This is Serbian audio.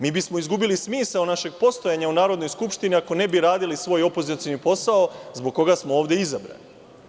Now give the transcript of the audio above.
Mi bismo izgubili smisao našeg postojanja u Narodnoj skupštini ako ne bi radili svoj opozicioni posao, zbog koga smo ovde izabrani.